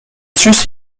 sus